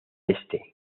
este